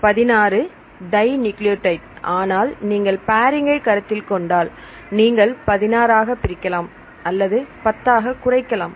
16 dinucleotide ஆனால் நீங்கள் pairing ஐ கருத்தில் கொண்டால் நீங்கள் 16 ஆக பிரிக்கலாம் அல்லது 10 ஆக குறைக்கலாம்